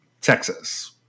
Texas